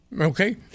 Okay